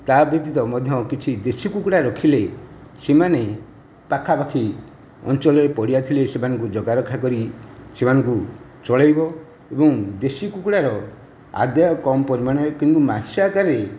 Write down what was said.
ତା ବ୍ୟତୀତ ମଧ୍ୟ କିଛି ଦେଶୀ କୁକୁଡ଼ା ରଖିଲେ ସେମାନେ ପାଖାପାଖି ଅଞ୍ଚଳରେ ପଡ଼ିଆ ଥିଲେ ସେମାନଙ୍କୁ ଜାଗା ରଖା କରି ସେମାନଙ୍କୁ ଚଲେଇବ ଏବଂ ଦେଶୀ କୁକୁଡ଼ାର ଆଦ୍ୟ କମ ପରିମାଣରେ କିନ୍ତୁ ମାଂସ ଆକାରରେ